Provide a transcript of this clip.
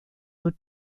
would